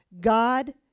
God